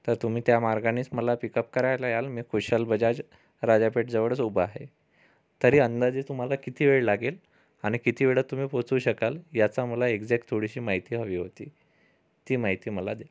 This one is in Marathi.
तर तुम्ही त्या मार्गानेच मला पिकअप करायला याल मी कुशल बजाज राजा पेठ जवळच उभा आहे तरी अंदाजे तुम्हाला किती वेळ लागेल आणि किती वेळात तुम्ही पोहोचू शकाल याच मला एक्झाक्ट थोडीशी माहिती हवी होती ती माहिती मला द्या